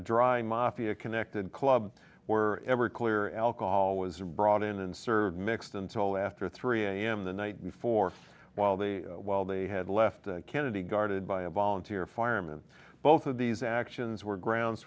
dry mafia connected club were everclear alcohol was a brought in and served mixed until after three am the night before while they while they had left kennedy guarded by a volunteer fireman both of these actions were grounds